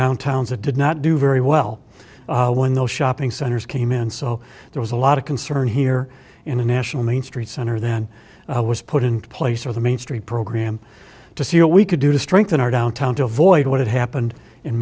downtown's that did not do very well when those shopping centers came in so there was a lot of concern here in the national main street center then was put into place or the main street program to see what we could do to strengthen our downtown to avoid what had happened in